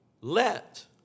Let